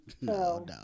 No